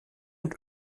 und